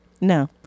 No